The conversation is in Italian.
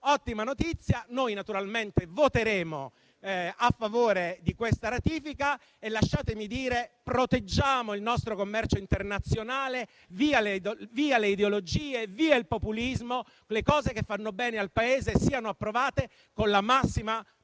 dice niente. Noi naturalmente voteremo a favore di questa ratifica. Lasciatemi infine dire: proteggiamo il nostro commercio internazionale. Via le ideologie, via il populismo. Le misure che fanno bene al Paese siano approvate con la più larga